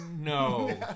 no